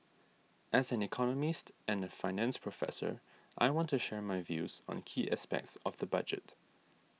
as an economist and a finance professor I want to share my views on key aspects of the budget